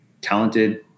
talented